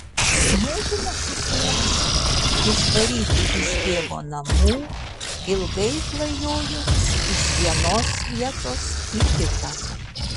motina su sūnumi išvaryti iš tėvo namų ilgai klajojo iš vienos vietos į kitą